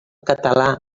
català